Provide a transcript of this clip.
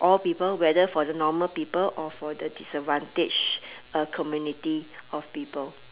all people whether for the normal people or for the disadvantaged uh community of people